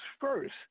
first